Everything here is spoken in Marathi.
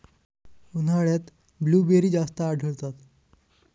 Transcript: उन्हाळ्यात ब्लूबेरी जास्त आढळतात